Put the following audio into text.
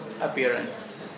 Appearance